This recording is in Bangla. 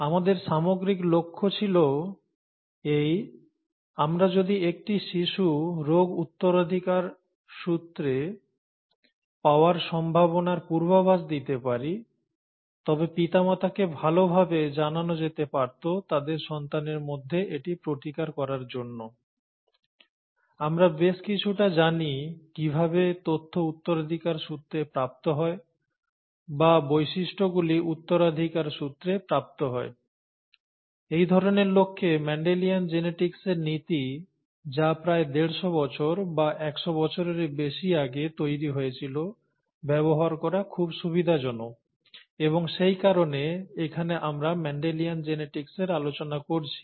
আমাদের সামগ্রিক লক্ষ্য ছিল এই আমরা যদি একটি শিশু রোগ উত্তরাধিকার সূত্রে পাওয়ার সম্ভাবনার পূর্বাভাস দিতে পারি তবে পিতামাতাকে ভালভাবে জানানো যেতে পারত তাদের সন্তানের মধ্যে এটি প্রতিকার করার জন্য আমরা বেশ কিছুটা জানি কিভাবে তথ্য উত্তরাধিকার সূত্রে প্রাপ্ত হয় বা বৈশিষ্ট্যগুলি উত্তরাধিকার সূত্রে প্রাপ্ত হয় এই ধরণের লক্ষ্যে মেন্ডেলিয়ান জেনেটিক্সের নীতি যা প্রায় দেড়শ বছর বা একশ বছরেরও বেশি আগে তৈরি হয়েছিল ব্যবহার করা খুব সুবিধাজনক এবং সেই কারণে এখানে আমরা মেন্ডেলিয়ান জেনেটিক্সের আলোচনা করছি